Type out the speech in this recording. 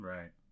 Right